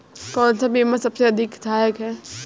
कौन सा बीमा सबसे अधिक सहायक है?